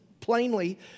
plainly